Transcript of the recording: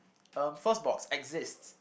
um first box exists